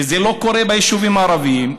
וזה לא קורה בישובים הערביים.